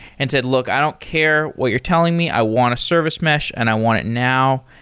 and said, look, i don't care what you're telling me. i want a service mesh and i want it now.